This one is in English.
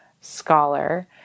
scholar